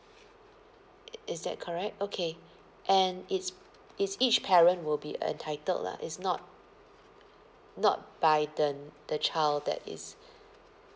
i~ is that correct okay and it's it's each parent will be entitled lah it's not not by the the child that is